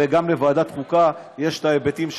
וגם לוועדת החוקה יש את ההיבטים שלה,